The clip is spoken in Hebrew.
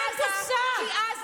שאלתי.